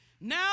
Now